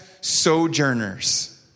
sojourners